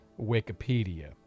Wikipedia